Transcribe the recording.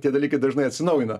tie dalykai dažnai atsinaujina